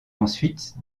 ensuite